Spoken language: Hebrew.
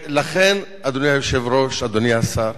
לכן, אדוני היושב-ראש, אדוני השר,